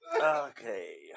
Okay